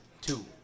Two